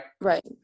Right